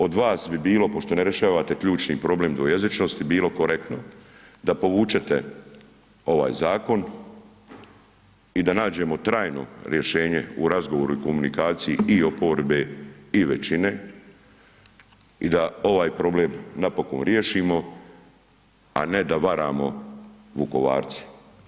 Od vas bi bilo, pošto ne rješavate ključni problem dvojezičnosti, bilo korektno da povučete ovaj zakon i da nađemo trajno rješenje u razgovoru i komunikaciji i oporbe i većine i da ovaj problem napokon riješimo, a ne da varamo Vukovarce.